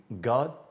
God